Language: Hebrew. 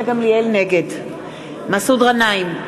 נגד מסעוד גנאים,